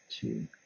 two